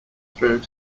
through